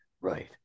Right